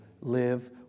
live